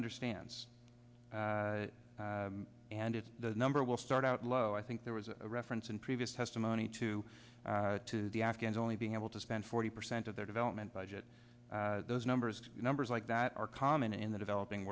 understands and it's the number will start out low i think there was a reference in previous testimony to the afghans only being able to spend forty percent of their development budget those numbers numbers like that are common in the developing